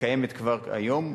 קיימת כבר היום,